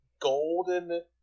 golden